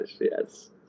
yes